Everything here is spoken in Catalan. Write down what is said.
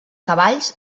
cavalls